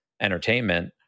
entertainment